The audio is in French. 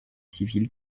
civils